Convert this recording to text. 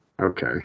Okay